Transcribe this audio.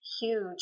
huge